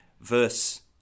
Verse